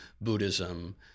Buddhism